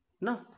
No